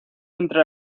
entre